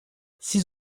six